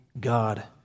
God